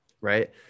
Right